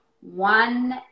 one